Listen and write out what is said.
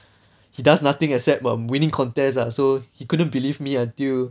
he does nothing except um winning contest ah so he couldn't believe me until